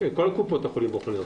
כל קופות החולים בוחנות את זה.